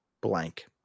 blank